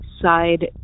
side